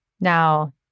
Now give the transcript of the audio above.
Now